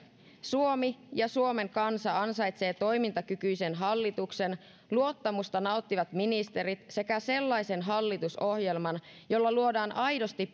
suomi ja suomen kansa ansaitsevat toimintakykyisen hallituksen luottamusta nauttivat ministerit sekä sellaisen hallitusohjelman jolla luodaan aidosti